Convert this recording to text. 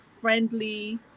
friendly